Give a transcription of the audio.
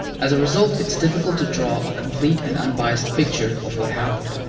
as a result, it's difficult to draw a complete and unbiased picture of what happened.